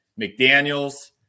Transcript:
McDaniels